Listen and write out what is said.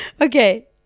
Okay